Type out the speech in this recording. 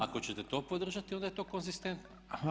Ako ćete to podržati onda je to konzistentno.